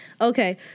Okay